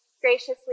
graciously